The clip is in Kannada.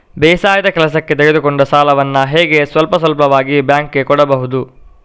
ಬೇಸಾಯದ ಕೆಲಸಕ್ಕೆ ತೆಗೆದುಕೊಂಡ ಸಾಲವನ್ನು ಹೇಗೆ ಸ್ವಲ್ಪ ಸ್ವಲ್ಪವಾಗಿ ಬ್ಯಾಂಕ್ ಗೆ ಕೊಡಬಹುದು?